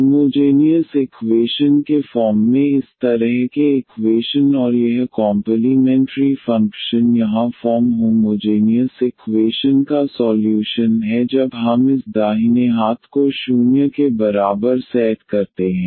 homogeneous equation के form में इस तरह के इकवेशन और यह कॉम्पलीमेंट्री फ़ंक्शन यहाँ फॉर्म होमोजेनियस इक्वेशन का सॉल्यूशन है जब हम इस दाहिने हाथ को 0 के बराबर सेट करते हैं